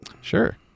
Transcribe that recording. Sure